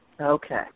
Okay